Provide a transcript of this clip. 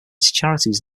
charities